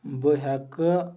بہٕ ہیٚکہ